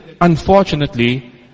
unfortunately